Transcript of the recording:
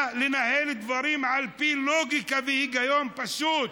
בא לנהל דברים על פי לוגיקה והיגיון פשוט.